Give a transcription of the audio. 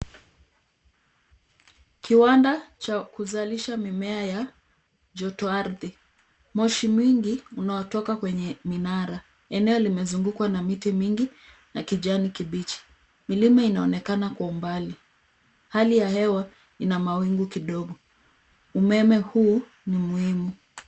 Kiwanda cha kuzalisha mimea ya joto ardhi. Moshi mwingi unaitoka kwenye minara. Eneo limezungukwa na miti mingi za kijani kibichi. Milima inaonekana kwa umbali, hali ya hewa ina mawingu kidogo. Umeme huu ni muhimu.